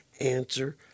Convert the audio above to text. answer